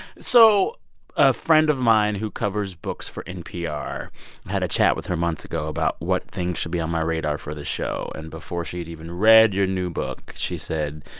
so a friend of mine who covers books for npr had a chat with her months ago about what things should be on my radar for the show. and before she'd even read your new book, she said,